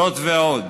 זאת ועוד,